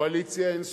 לקואליציה אין זכויות,